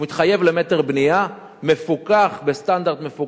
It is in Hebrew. הוא מתחייב למטר בנייה, מפוקח בסטנדרט מפוקח.